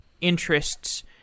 interests